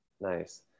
Nice